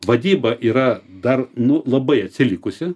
vadyba yra dar nu labai atsilikusi